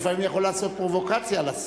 לפעמים הוא יכול לעשות פרובוקציה לשר.